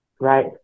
right